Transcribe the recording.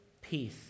peace